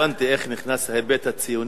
לא הבנתי איך נכנס ההיבט הציוני.